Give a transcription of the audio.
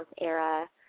era